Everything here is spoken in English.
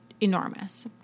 enormous